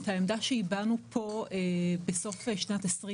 את העמדה שהבענו פה בסוף שנת 2020